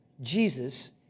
Jesus